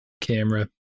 camera